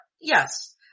Yes